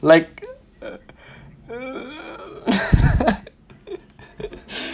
like